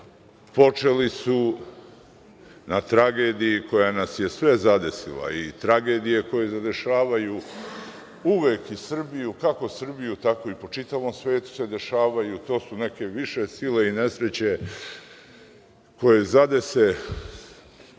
počeli su na tragediji koja nas je sve zadesila i tragedije koje zadešavaju uvek i Srbiju, kako i Srbiju, tako i po čitavom svetu se dešavaju. To su neke više sile i nesreće koje zadese